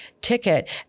ticket